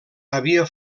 havia